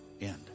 end